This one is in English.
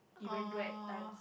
even though at time